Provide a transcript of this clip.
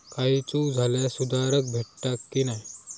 काही चूक झाल्यास सुधारक भेटता की नाय?